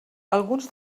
alguns